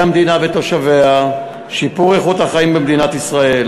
המדינה ותושביה ושיפור איכות החיים במדינת ישראל.